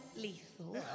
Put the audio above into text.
lethal